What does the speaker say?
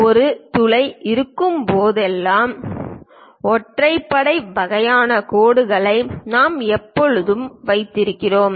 ஒரு துளை இருக்கும் போதெல்லாம் ஒற்றைப்படை வகையான கோடுகளை நாம் எப்போதும் வைத்திருக்கிறோம்